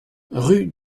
rue